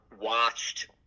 watched